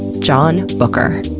john bucher.